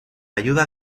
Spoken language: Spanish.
ayuda